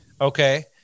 Okay